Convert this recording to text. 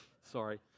Sorry